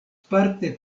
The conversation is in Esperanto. parte